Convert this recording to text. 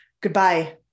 goodbye